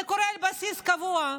זה קורה על בסיס קבוע,